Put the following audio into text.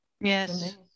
Yes